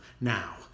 Now